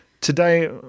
today